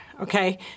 Okay